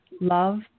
love